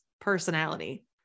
personality